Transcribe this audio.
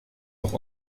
auch